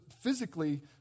physically